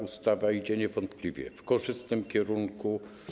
Ustawa idzie niewątpliwie w korzystnym kierunku.